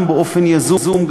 גם באופן יזום,